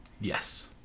Yes